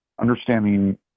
understanding